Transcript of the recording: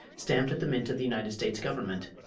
stamped at the mint of the united states government.